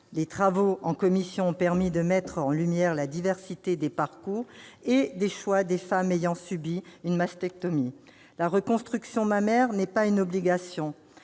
Les travaux en commission ont permis de mettre en lumière la diversité des parcours et des choix des femmes ayant subi une mastectomie. La reconstruction mammaire n'est pas une obligation.